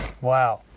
Wow